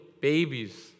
babies